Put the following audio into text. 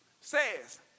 says